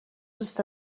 دوست